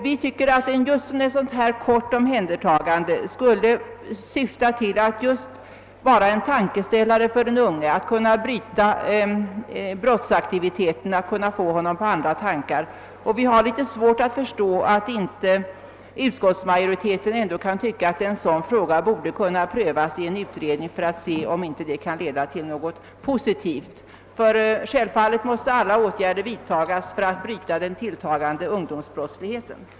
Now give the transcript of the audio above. Vi tycker att just ett sådant här kort omhändertagande skulle vara en tankeställare för den unge och kunna bryta brottsaktiviteten — det skulle kunna få honom på andra tankar. Vi har litet svårt att förstå att utskottsmajoriteten inte kan tycka att en sådan här fråga borde kunna prövas i en utredning, så att man finge se om detta kunde leda till något positivt. Självfallet måste alla åtgärder vidtagas för att bryta den tilltagande ungdomsbrottsligheten.